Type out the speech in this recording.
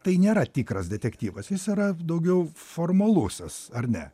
tai nėra tikras detektyvas jis yra daugiau formalusis ar ne